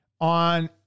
on